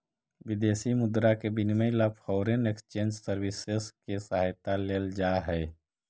विदेशी मुद्रा के विनिमय ला फॉरेन एक्सचेंज सर्विसेस के सहायता लेल जा हई